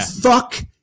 Fuck